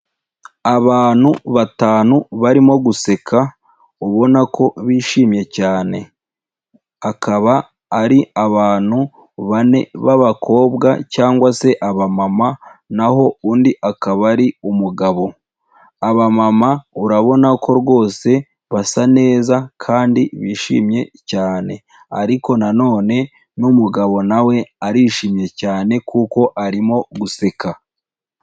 Abantu batanu barimo guseka ubona ko bishimye cyane, akaba ari abantu bane ba abakobwa cyangwa se abamama na ho undi akaba ari umugabo, abamama urabona ko rwose basa neza kandi bishimye cyane ariko nanone n'umugabo nawe arishimye cyane kuko arimo guseka.